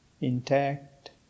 intact